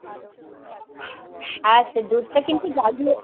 আচ্ছা দুধটা কিন্তু জাল দিয়ে